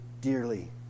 dearly